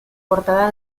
portada